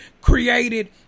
created